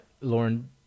Lauren